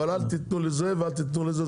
אבל אל תיתנו לזה ואל תיתנו לזה.